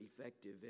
effective